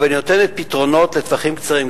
אבל היא נותנת פתרונות לטווחים קצרים.